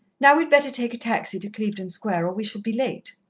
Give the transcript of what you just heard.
now we'd better take a taxi to clevedon square, or we shall be late.